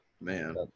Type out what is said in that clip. Man